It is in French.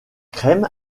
crème